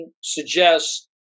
suggests